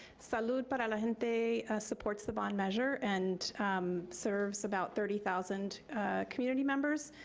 salud para la gente supports the bond measure and serves about thirty thousand community members,